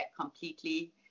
completely